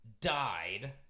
died